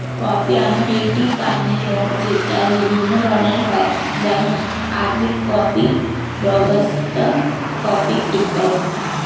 coffee এমন একটি পানীয় যেটা বিভিন্ন ধরণের হয় যেমন আরবিক কফি, রোবাস্তা কফি ইত্যাদি